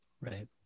Right